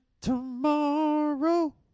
Tomorrow